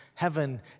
heaven